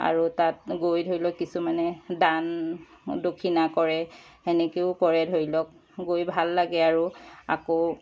আৰু তাত গৈ ধৰি লওক কিছুমানে দান দক্ষিণা কৰে তেনেকৈও কৰে ধৰি লওক গৈ ভাল লাগে আৰু আকৌ